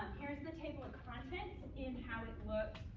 here's the table of contents, in how it looks